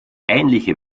ähnliche